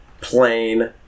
plain